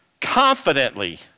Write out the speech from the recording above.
confidently